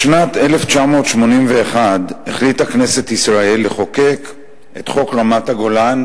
בשנת 1981 החליטה כנסת ישראל לחוקק את חוק רמת-הגולן,